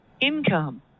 income